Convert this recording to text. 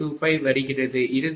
25 வருகிறது இறுதியில் இங்கே 14